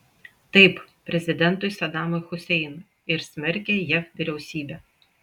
taip prezidentui sadamui huseinui ir smerkė jav vyriausybę